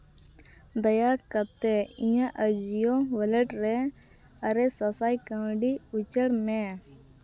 ᱫᱟᱭᱟ ᱠᱟᱛᱮ ᱤᱧᱟᱹᱜ ᱮᱡᱤᱣᱳ ᱚᱣᱟᱞᱮᱴ ᱨᱮ ᱟᱨᱮ ᱥᱟᱥᱟᱭ ᱠᱟᱹᱣᱰᱤ ᱩᱪᱟᱹᱲ ᱢᱮ